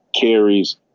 carries